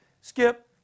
Skip